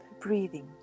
breathing